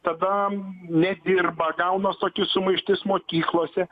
tada nedirba gaunas tokia sumaištis mokyklose